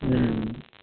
हूँ